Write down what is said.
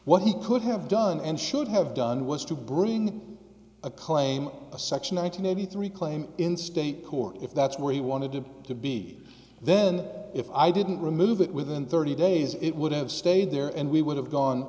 what he could have done and should have done was to bring a claim a section nine hundred eighty three claim in state court if that's where he wanted to to be then if i didn't remove it within thirty days it would have stayed there and we would have gone